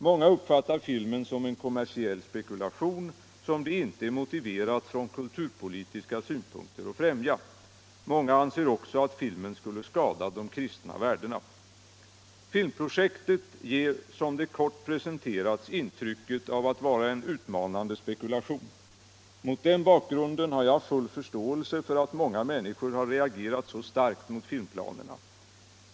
Många uppfattar filmen som en kommersiell spekulation som det inte är motiverat från kulturpolitiska synpunkter att främja. Många anser också att filmen skulle skada de kristna värdena. Filmprojektet ger som det kort presenterats intrycket av att vara en utmanande spekulation. Mot den bakgrunden har jag full förståelse för att många människor har reagerat så starkt mot filmplanerna.